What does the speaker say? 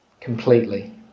completely